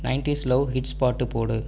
nineties love hits பாட்டு போடு